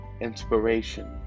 inspiration